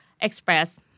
express